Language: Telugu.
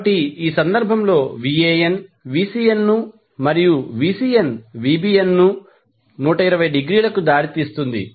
కాబట్టి ఈ సందర్భంలో Van Vcnను మరియు Vcn Vbn ను 120 డిగ్రీలకి దారితీస్తుంది